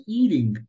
eating